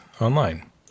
online